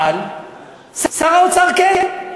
אבל שר האוצר כן.